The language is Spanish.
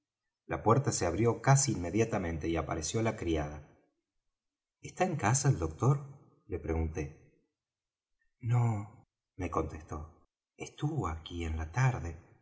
la puerta se abrió casi inmediatemente y apareció la criada está en casa el doctor le pregunté nó me contestó estuvo aquí en la tarde